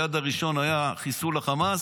היעד הראשון היה חיסול חמאס,